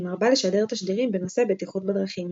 והיא מרבה לשדר תשדירים בנושא בטיחות בדרכים.